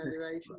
elevation